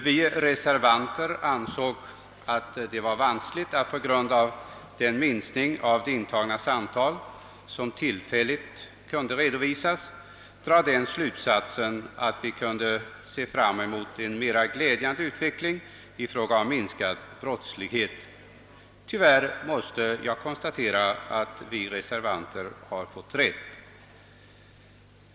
Vi reservanter ansåg att det var vanskligt att på grund av den minskning av de intagnas antal, som tillfälligt kunde redovisas, dra den slutsatsen att vi kunde se fram emot en mera glädjande utveckling i form av minskad brottslighet. Tyvärr måste jag konstatera att vi reservanter har fått rätt.